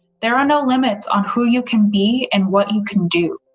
there are no limits on who you can be and what you can do.